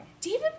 David